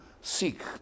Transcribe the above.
Seek